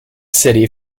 city